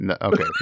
Okay